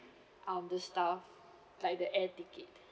um the stuff like the air ticket